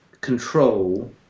control